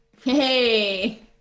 Hey